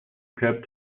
cab